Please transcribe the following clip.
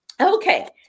Okay